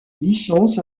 licences